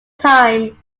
time